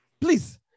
Please